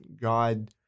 god